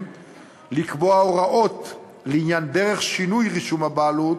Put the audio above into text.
לקבוע הוראות לעניין דרך שינוי רישום הבעלות